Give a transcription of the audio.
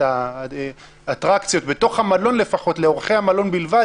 את האטרקציות בתוך המלון לאורחי המלון בלבד,